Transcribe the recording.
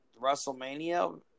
WrestleMania